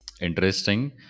interesting